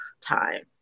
time